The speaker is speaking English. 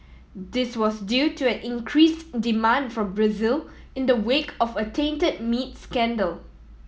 this was due to an increased demand from Brazil in the wake of a tainted meat scandal